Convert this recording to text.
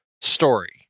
story